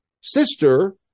sister